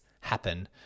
happen